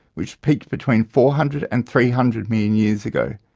which peaked between four hundred and three hundred million years ago.